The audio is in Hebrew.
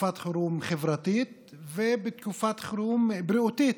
בתקופת חירום חברתית ובתקופת חירום בריאותית.